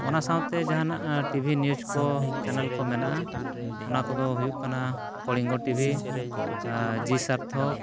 ᱚᱱᱟ ᱥᱟᱶᱛᱮ ᱡᱟᱦᱟᱱᱟᱜ ᱴᱤᱵᱷᱤ ᱱᱤᱭᱩᱡᱽ ᱠᱚ ᱪᱮᱱᱮᱞ ᱠᱚ ᱢᱮᱱᱟᱜᱼᱟ ᱚᱱᱟ ᱠᱚᱫᱚ ᱦᱩᱭᱩᱜ ᱠᱟᱱᱟ ᱠᱚᱞᱤᱝᱜᱚ ᱴᱤᱵᱷᱤ ᱟᱨ ᱡᱤ ᱥᱟᱨᱛᱷᱚᱠ